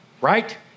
right